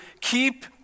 keep